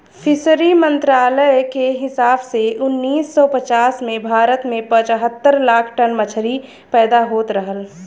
fishery मंत्रालय के हिसाब से उन्नीस सौ पचास में भारत में पचहत्तर लाख टन मछली पैदा होत रहल